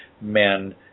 men